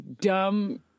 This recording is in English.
dumb